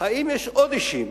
האם יש עוד אישים